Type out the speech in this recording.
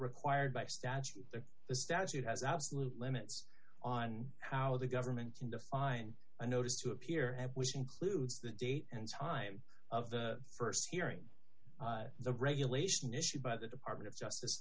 required by statute the statute has absolute limits on how the government can define a notice to appear which includes the date and time of the st hearing the elation issued by the department of justice